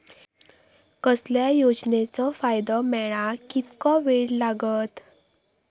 कसल्याय योजनेचो फायदो मेळाक कितको वेळ लागत?